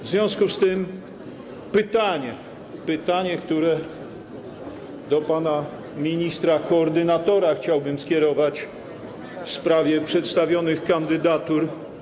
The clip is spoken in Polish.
W związku z tym pytanie, które do pana ministra koordynatora chciałbym skierować, w sprawie przedstawionych kandydatur.